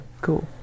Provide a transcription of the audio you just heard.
cool